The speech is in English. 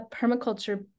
permaculture